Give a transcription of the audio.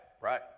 right